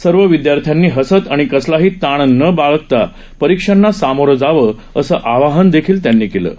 सर्व विद्यार्थ्यांनी हसत आणि कसलाही ताण न बाळगता परीक्षांना सामोरं जावं असं आवाहन त्यांनी केलं आहे